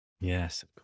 Yes